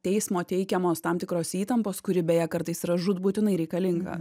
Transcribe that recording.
teismo teikiamos tam tikros įtampos kuri beje kartais yra žūtbūtinai reikalinga